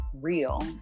real